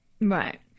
Right